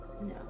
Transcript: No